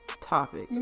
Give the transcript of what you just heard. Topic